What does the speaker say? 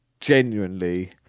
genuinely